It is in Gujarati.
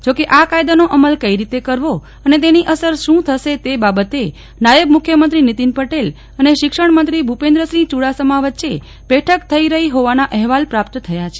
જો કે આ કાયદાનો અમલ કઇ રીતે કરવો અને તેની અસર શું થશે તે બાબતે નાયબ મુખ્યમંત્રી નિતિન પટેલ અને શિક્ષણ મંત્રી ભુપેન્દ્રસિંહ ચુડાસમા વચ્ચે છેલ્લા બે દિવસથી બેઠક થઇ રહી હોવાના અહેવાલ પ્રાપ્ત થયા છે